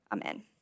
Amen